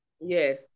Yes